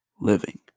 living